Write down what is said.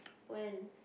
when